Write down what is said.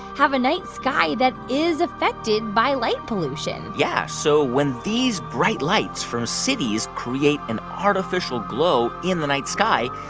have a night sky that is affected by light pollution yeah. so when these bright lights from cities create an artificial glow in the night sky,